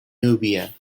nubia